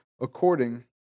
according